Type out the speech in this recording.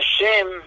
Hashem